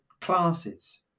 classes